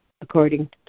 according